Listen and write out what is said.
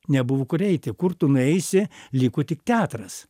nebuvo kur eiti kur tu nueisi liko tik teatras